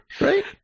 right